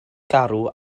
garw